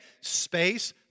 Space